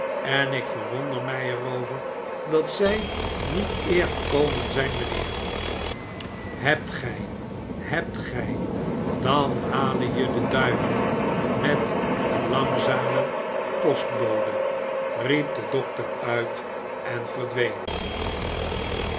en ik verwonder mij er over dat zij niet eer gekomen zijn mijnheer hebt gij hebt gij dan hale je de duivel met den langzamen postbode riep de dokter uit en verdween